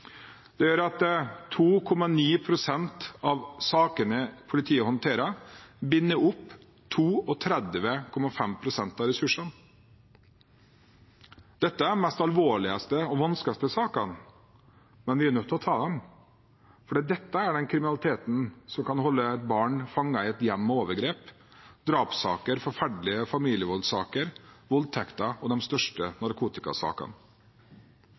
Det gjør at 2,9 pst. av sakene politiet håndterer, binder opp 32,5 pst. av ressursene. Dette er de mest alvorlige og vanskeligste sakene, men vi er nødt til å ta dem, for dette er den kriminaliteten som kan holde et barn fanget i et hjem med overgrep, drapssaker, forferdelige familievoldssaker, voldtekter og de største narkotikasakene.